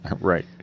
right